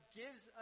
gives